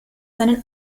seinen